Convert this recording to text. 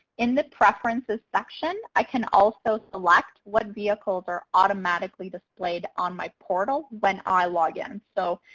in the preferences section, i can also select what vehicles are automatically displayed on my portal when i log in. so,